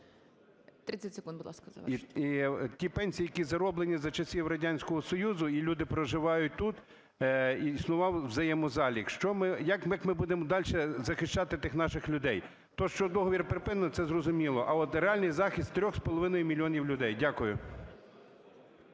ті пенсії, які зароблені за часів Радянського Союзу, і люди проживають тут, існував взаємозалік. Що ми, як ми будемо дальше захищати тих наших людей? Те, що договір припинено, це зрозуміло. А от реальний захист трьох з половиною мільйонів людей? Дякую.